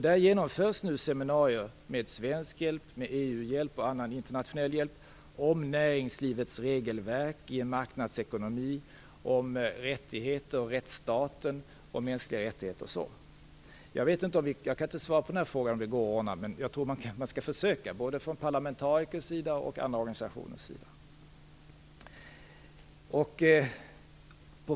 Där genomförs nu seminarier med svensk hjälp, med EU-hjälp och annan internationell hjälp om näringslivets regelverk i en marknadsekonomi, om rättigheter, rättsstaten och mänskliga rättigheter. Jag kan inte svara på frågan om det går att ordna. Men jag tror att man skall försöka, både från parlamentarikers sida och från organisationers sida.